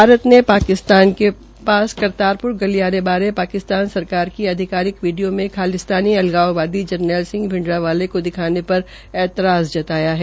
भारत ने पाकिस्तान के पास करतारपुर गलियारे बारे पाकिस्तान सरकार की आधिकारिक वीडियो में खालिस्तानी अलगाववादी जरनैल सिंह भिंडरावाले को दिखाने पर ऐतराज़ जताया है